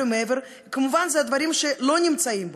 ומעבר זה כמובן הדברים שלא נמצאים בו.